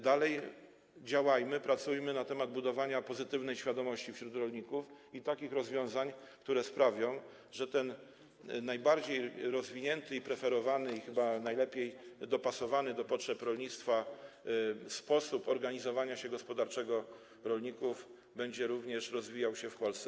Dalej działajmy, pracujmy na rzecz budowania pozytywnej świadomości wśród rolników i takich rozwiązań, które sprawią, że ten najbardziej rozwinięty, preferowany i chyba najlepiej dopasowany do potrzeb rolnictwa sposób gospodarczego organizowania się rolników będzie również rozwijał się w Polsce.